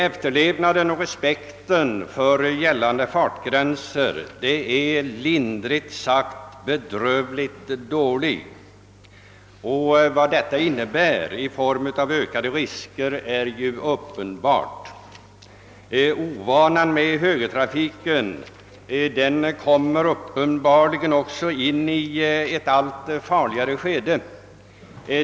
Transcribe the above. Efterlevnaden av och respekten för gällande fartgränser är lindrigt sagt bedrövligt dåliga. Vad detta innebär i form av ökade risker är uppenbart. Ovanan med högertrafiken kommer uppenbarligen också in i ett allt farligare skede.